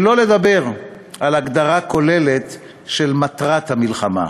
שלא לדבר על הגדרה כוללת של מטרת המלחמה.